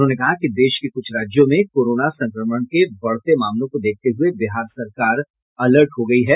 उन्होंने कहा कि देश के कुछ राज्यों में कोरोना संक्रमण के बढ़ते मामलों को देखते हुए बिहार सरकार भी अलर्ट हो गयी है